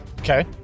Okay